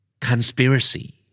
Conspiracy